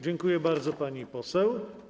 Dziękuję bardzo, pani poseł.